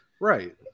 Right